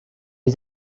you